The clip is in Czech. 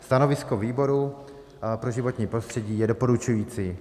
Stanovisko výboru pro životní prostředí je doporučující.